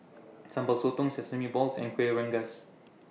Sambal Sotong Sesame Balls and Kuih Rengas